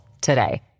today